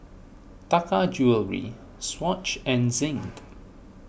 Taka Jewelry Swatch and Zinc